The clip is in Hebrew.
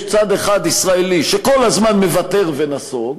יש צד אחד ישראלי, שכל הזמן מוותר ונסוג,